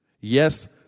Yes